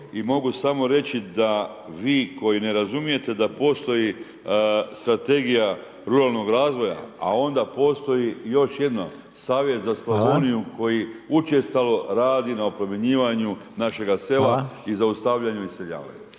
i mogu samo reći da vi koji ne razumijete da postoji strategija ruralnog razvoja, a onda postoji još jedno, savjet za Slavoniju koji učestalo radi na oplemenjivanju našega sela i zaustavljanju iseljavanja.